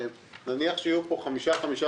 נניח שיהיו פה 5 מיליון,